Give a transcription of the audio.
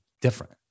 different